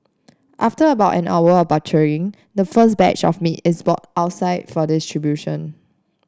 after about an hour of butchering the first batch of meat is brought outside for distribution